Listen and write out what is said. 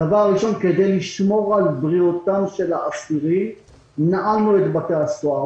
כדי לשמור על בריאות האסירים נעלנו את בתי הסוהר.